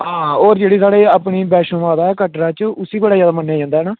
हां और जेह्ड़ी साढ़ी वैष्णो माता है कटरे बिच उसी बड़ा ज्यादा मन्नेआ जंदा है ना